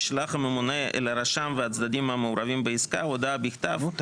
ישלח הממונה לרשם והצדדים המעורבים בעסקה הודעה בכתב כי